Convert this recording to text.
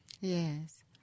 Yes